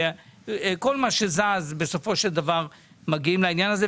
כל מה שזז בסופו של דבר מגיע לוועדת הכספים,